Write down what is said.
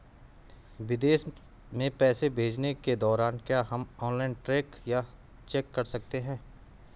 विदेश में पैसे भेजने के दौरान क्या हम ऑनलाइन ट्रैक या चेक कर सकते हैं?